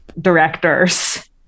directors